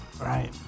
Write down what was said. right